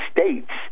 States